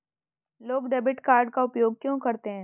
लोग debit card का उपयोग क्यों करते हैं?